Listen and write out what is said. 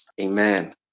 Amen